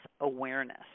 awareness